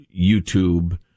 youtube